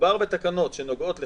כשמדובר בתקנות שנוגעות בחוק,